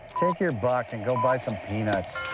take your buck and go buy some peanuts.